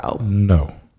No